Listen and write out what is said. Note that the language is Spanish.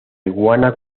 iguana